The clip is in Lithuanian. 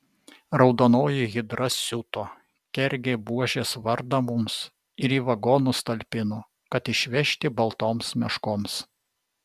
raudonoji hidra siuto kergė buožės vardą mums ir į vagonus talpino kad išvežti baltoms meškoms